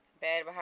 Bad